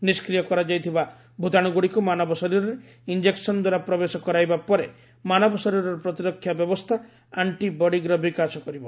ନିଷ୍କ୍ରିୟ କରାଯାଇଥିବା ଭୂତାଣୁଗୁଡ଼ିକୁ ମାନବ ଶରୀରରେ ଇଞ୍ଜେକ୍ସନ୍ ଦ୍ୱାରା ପ୍ରବେଶ କରାଇବା ପରେ ମାନବ ଶରୀରର ପ୍ରତିରକ୍ଷା ବ୍ୟବସ୍ଥା ଆଂଟିବଡିସ୍ର ବିକାଶ କରିବ